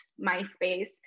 MySpace